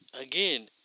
again